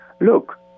look